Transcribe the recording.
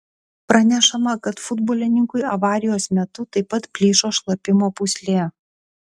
pranešama kad futbolininkui avarijos metu taip pat plyšo šlapimo pūslė